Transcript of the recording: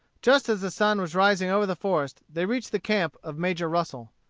just as the sun was rising over the forest, they reached the camp of major russell.